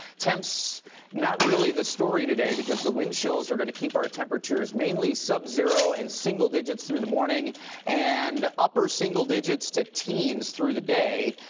temps not really the story today because the wind chills are gonna keep our temperatures mainly subzero and single digits through the morning and upper single digits to teens through the day.